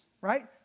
right